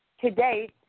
Today